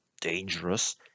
dangerous